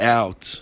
out